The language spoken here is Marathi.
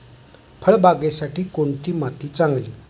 फळबागेसाठी कोणती माती चांगली?